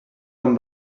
com